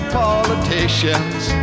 politicians